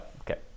okay